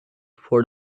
for